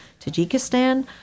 Tajikistan